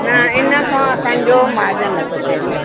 न इनखां असांजो मार्जन नथो थिए पियो